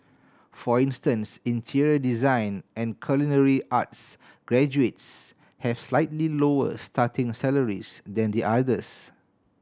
for instance interior design and culinary arts graduates have slightly lower starting salaries than the others